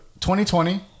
2020